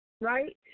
right